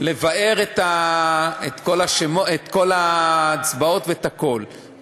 לבער את כל ההצבעות ואת הכול,